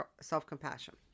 self-compassion